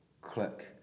click